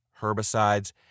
herbicides